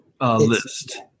list